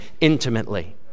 intimately